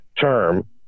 term